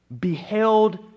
beheld